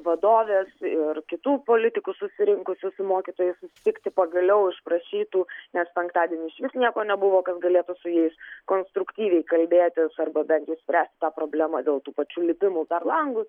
vadovės ir kitų politikų susirinkusių su mokytojais susitikti pagaliau išprašytų nes penktadienį išvis nieko nebuvo kas galėtų su jais konstruktyviai kalbėtis arba bent jau spręsti ta problema dėl tų pačių lipimų per langus